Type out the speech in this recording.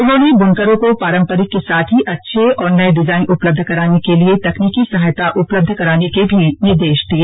उन्होंने बुनकरों को पारंपरिक के साथ ही अच्छे और नए डिजाइन उपलब्ध कराने के लिए तकनीकी सहायता उपलब्ध कराने के भी निर्देश दिए